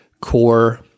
core